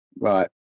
Right